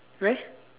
where